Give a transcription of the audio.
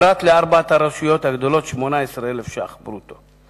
פרט לארבע הרשויות הגדולות, 18,000 שקלים ברוטו.